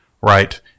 right